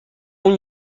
اون